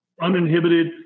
uninhibited